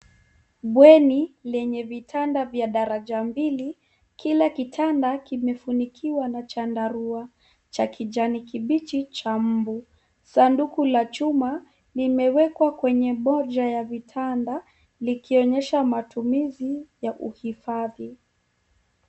Bweni lenye vitanda vya daraja mbili kila kitanda kimefunikiwa na chandarua cha kijani kibichi cha mbu, sanduku la chuma limewekwa kwenye moja ya vitanda likionyesha matumizi ya uhifadhi.